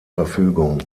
verfügung